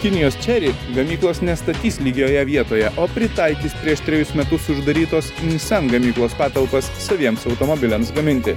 kinijos chery gamyklos nestatys lygioje vietoje o pritaikys prieš trejus metus uždarytos nissan gamyklos patalpas saviems automobiliams gaminti